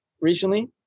recently